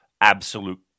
absolute